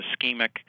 ischemic